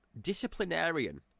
disciplinarian